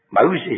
Moses